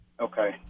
Okay